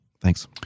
Thanks